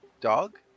dog